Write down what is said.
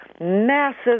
massive